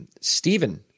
Stephen